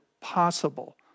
possible